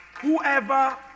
whoever